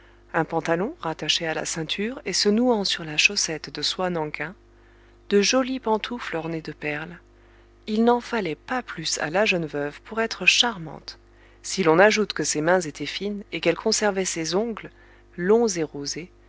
un pantalon rattaché à la ceinture et se nouant sur la chaussette de soie nankin de jolies pantoufles ornées de perles il n'en fallait pas plus à la jeune veuve pour être charmante si l'on ajoute que ses mains étaient fines et qu'elle conservait ses ongles longs